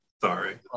Sorry